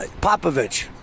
Popovich